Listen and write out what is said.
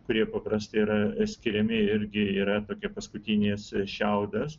kurie paprastai yra skiriami irgi yra tokie paskutinis šiaudas